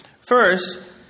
First